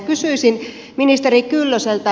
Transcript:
kysyisin ministeri kyllöseltä